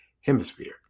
Hemisphere